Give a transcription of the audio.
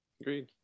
agreed